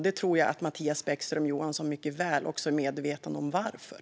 Jag tror att Mattias Bäckström Johansson också är mycket väl medveten om varför.